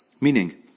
Meaning